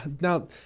now